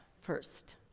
first